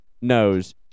knows